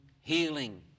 healing